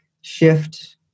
shift